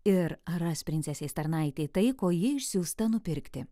ir ar ras princesės tarnaitė tai ko ji išsiųsta nupirkti